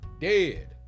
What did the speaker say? Dead